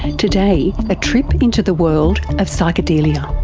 today, a trip into the world of psychedelia.